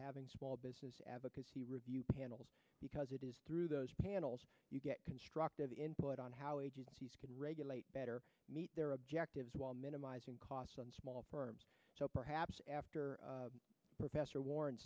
having small business advocacy review panels because it is through those panels you get constructive input on how agencies can regulate better meet their objectives while minimizing costs on small firms so perhaps after professor w